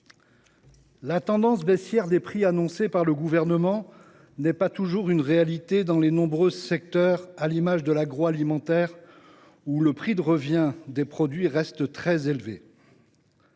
La tendance baissière des prix annoncée par le Gouvernement n’est pas toujours une réalité dans les nombreux secteurs, comme l’agroalimentaire, dont le prix de revient des produits reste très élevé.